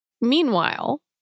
Meanwhile